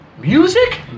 Music